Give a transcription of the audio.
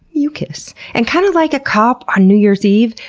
mucus. and kind of like a cop on new year's eve,